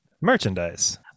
Merchandise